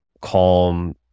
calm